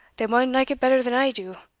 they maun like it better than i do,